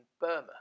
Burma